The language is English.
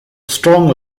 strong